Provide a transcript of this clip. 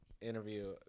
interview